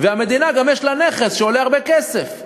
והמדינה גם יש לה נכס שעולה הרבה כסף.